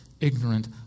ignorant